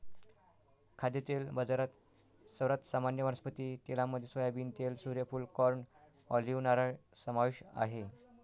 खाद्यतेल बाजारात, सर्वात सामान्य वनस्पती तेलांमध्ये सोयाबीन तेल, सूर्यफूल, कॉर्न, ऑलिव्ह, नारळ समावेश आहे